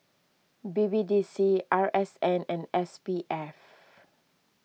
B B D C R S N and S P F